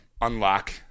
unlock